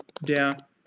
der